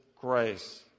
grace